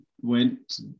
went